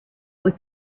would